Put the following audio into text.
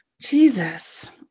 Jesus